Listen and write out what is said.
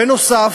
בנוסף,